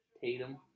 Tatum